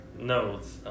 notes